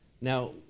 Now